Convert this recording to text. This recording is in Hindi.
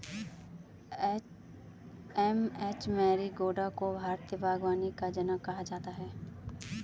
एम.एच मैरिगोडा को भारतीय बागवानी का जनक कहा जाता है